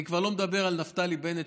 אני כבר לא מדבר על נפתלי בנט,